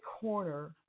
corner